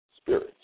spirits